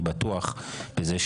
אני בטוח בזה,